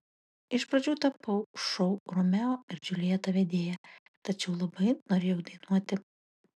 iš pradžių tapau šou romeo ir džiuljeta vedėja tačiau labai norėjau dainuoti